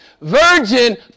virgin